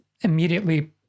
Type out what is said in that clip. immediately